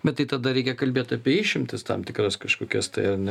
bet tai tada reikia kalbėt apie išimtis tam tikras kažkokias tai ar ne